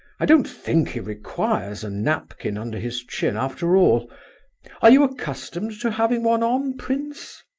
i don't think he requires a napkin under his chin, after all are you accustomed to having one on, prince?